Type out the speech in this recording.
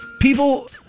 people